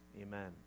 amen